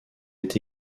est